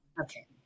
Okay